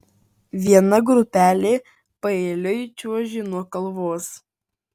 viena grupelė paeiliui čiuožė nuo kalvos